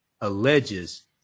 alleges